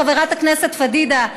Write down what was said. חברת הכנסת פדידה,